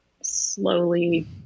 slowly